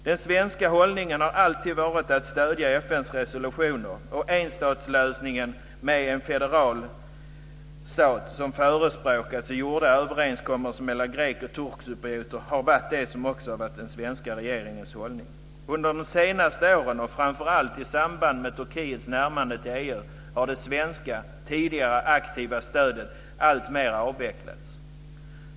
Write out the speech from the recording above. Den svenska hållningen har alltid varit att stödja FN:s resolutioner och enstatslösningen med en federal stat som förespråkas i gjorda överenskommelser mellan grek och turkcyprioter och som också varit den svenska regeringens hållning. Under de senaste åren och framför allt i samband med Turkiets närmande till EU har det svenska tidigare aktiva stödet alltmer avvecklats.